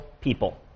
people